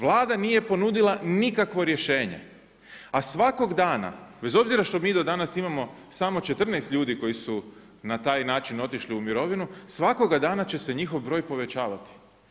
Vlada nije ponudila nikakvo rješenje, a svakog dana, bez obzira što mi do danas imamo samo 14 ljudi koji su na taj način otišli u mirovinu, svakoga dana će se njihov broj povećavati.